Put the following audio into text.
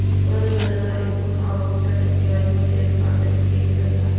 कर गणना एकूण आवक च्या टक्केवारी मध्ये रूपांतरित केली जाता